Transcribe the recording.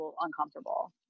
uncomfortable